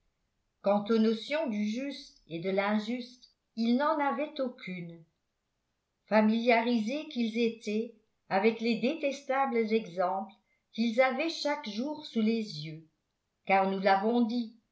quant aux notions du juste et de l'injuste ils n'en avaient aucune familiarisés qu'ils étaient avec les détestables exemples qu'ils avaient chaque jour sous les yeux car nous l'avons dit